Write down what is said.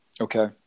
Okay